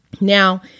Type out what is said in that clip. Now